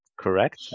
correct